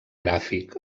gràfic